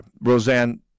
Roseanne